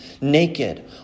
naked